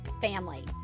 family